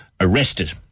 arrested